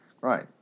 Right